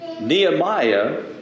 Nehemiah